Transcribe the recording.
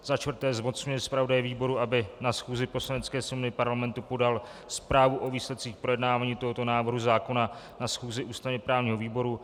IV. zmocňuje zpravodaje výboru, aby na schůzi Poslanecké sněmovny Parlamentu podal zprávu o výsledcích projednávání tohoto návrhu zákona na schůzi ústavněprávního výboru,